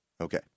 Okay